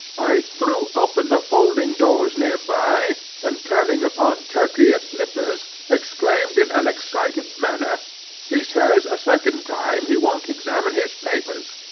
i threw open the folding-doors near by, and turning upon turkey and nippers, exclaimed in an excited manner he says, a second time, he won't examine his papers.